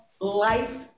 life